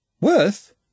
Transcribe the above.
Worth